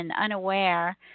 unaware